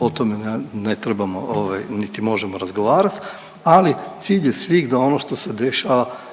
o tome ne trebamo ovaj niti možemo razgovarati, ali cilj je svih da ono što se dešava